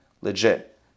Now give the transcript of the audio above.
Legit